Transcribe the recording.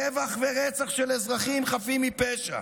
טבח ורצח של אזרחים חפים מפשע,